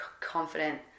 confident